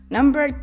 Number